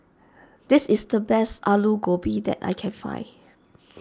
this is the best Alu Gobi that I can find